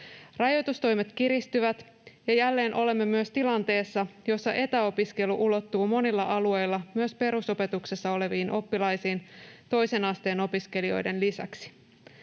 Rajoitustoimet kiristyvät, ja jälleen olemme myös tilanteessa, jossa etäopiskelu ulottuu monilla alueilla myös perusopetuksessa oleviin oppilaisiin toisen asteen opiskelijoiden lisäksi.